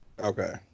Okay